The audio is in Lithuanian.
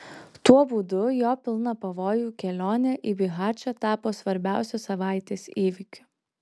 tuo būdu jo pilna pavojų kelionė į bihačą tapo svarbiausiu savaitės įvykiu